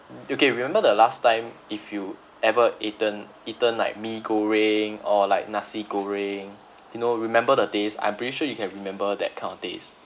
you can remember the last time if you ever eaten eaten like mee goreng or like nasi goreng you know remember the taste I'm pretty sure you can remember that kind of taste